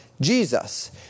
Jesus